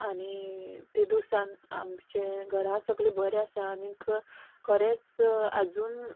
आनी तेदुसान आमचें घरा सगलें बरें आसा आनीक खरेंच आजून